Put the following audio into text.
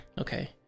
Okay